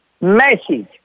message